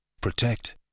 protect